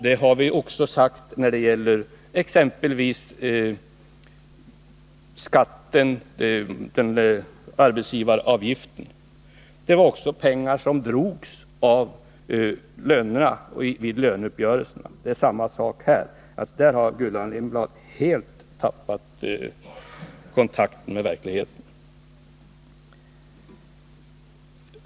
Det har vi också sagt när det gäller arbetsgivaravgiften; det var också pengar som drogs av lönerna och vid löneuppgörelserna. Det är samma sak här. Gullan Lindblad har i detta avseende helt tappat kontakten med verkligheten.